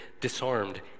disarmed